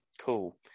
Cool